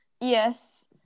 Yes